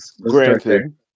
granted